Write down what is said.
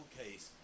case